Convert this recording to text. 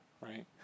right